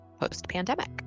post-pandemic